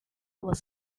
was